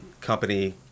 Company